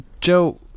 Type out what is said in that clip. Joe